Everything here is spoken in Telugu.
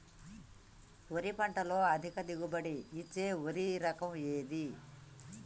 వరి పంట లో అధిక దిగుబడి ఇచ్చే వరి రకం ఏది?